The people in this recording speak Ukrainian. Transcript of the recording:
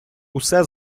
усе